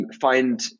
find